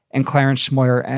and clarence smoyer,